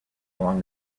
along